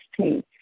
16